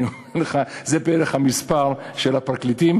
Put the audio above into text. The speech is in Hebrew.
אני אומר לך שזה בערך המספר של הפרקליטים